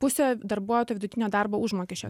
pusę darbuotojo vidutinio darbo užmokesčio